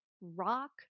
rock